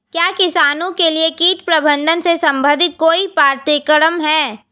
क्या किसानों के लिए कीट प्रबंधन से संबंधित कोई पाठ्यक्रम है?